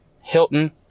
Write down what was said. Hilton